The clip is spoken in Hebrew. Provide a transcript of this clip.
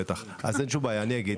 אין שום בעיה, אני אגיד.